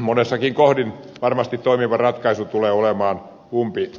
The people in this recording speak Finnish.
monessakin kohdin varmasti toimiva ratkaisu tulee olemaan umpisäiliö